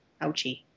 Ouchie